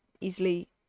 easily